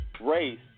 race